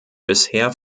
bisher